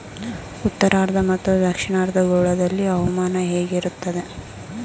ಉತ್ತರಾರ್ಧ ಮತ್ತು ದಕ್ಷಿಣಾರ್ಧ ಗೋಳದಲ್ಲಿ ಹವಾಮಾನ ಹೇಗಿರುತ್ತದೆ?